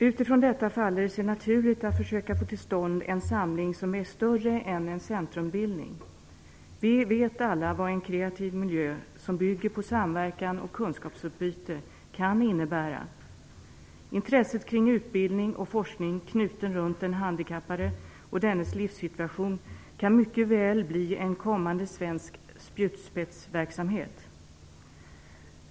Utifrån detta faller det sig naturligt att försöka få till stånd en samling som är större än en centrumbildning. Vi vet alla vad en kreativ miljö som bygger på samverkan och kunskapsutbyte kan innebära. Intresset kring utbildning och forskning knuten runt den handikappade och dennes livssituation kan mycket väl bli en kommande svensk spjutspetsverksamhet.